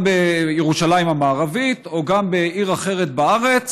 בירושלים המערבית או גם בעיר אחרת בארץ,